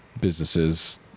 Businesses